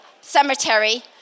Cemetery